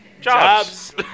jobs